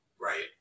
Right